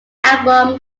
album